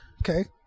okay